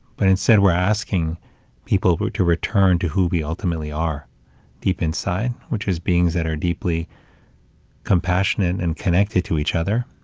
but instead, we're asking people to to return to who we ultimately are deep inside, which is beings that are deeply compassionate and connected to each other.